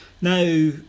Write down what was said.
Now